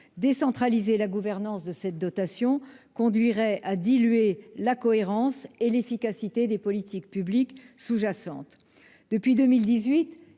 Décentraliser la gouvernance de cette dotation conduirait donc à diluer la cohérence et l'efficacité des politiques publiques sous-jacentes.